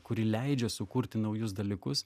kuri leidžia sukurti naujus dalykus